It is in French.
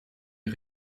est